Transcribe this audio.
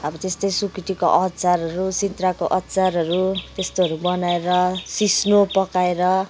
अब त्यस्तै सुकुटीको अचारहरू सिद्राको अचारहरू त्यस्तोहरू बनाएर सिस्नो पकाएर